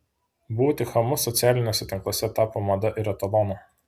būti chamu socialiniuose tinkluose tapo mada ir etalonu